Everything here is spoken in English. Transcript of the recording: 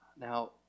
Now